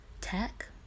tech